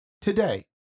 today